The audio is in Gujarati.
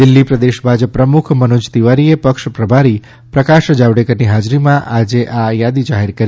દિલ્લી પ્રદેશ ભાજપ પ્રમુખ મનોજ તિવારીએ પક્ષ પ્રભારી પ્રકાશ જાવડેકરની હાજરીમાં આજે આ થાદી જાહેર કરી